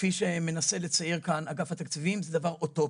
כפי שמנסה לצייר כאן אגף התקציבים, זה דבר אוטופי.